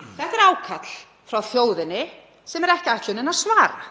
Þetta er ákall frá þjóðinni sem ekki er ætlunin að svara.